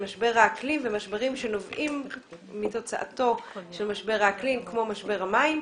עם משבר האקלים ומשברים שנובעים מתוצאתו של משבר האקלים כמו משבר המים,